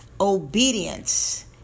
Obedience